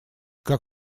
как